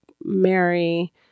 mary